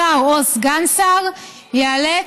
שר או סגן שר, ייאלץ,